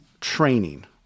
training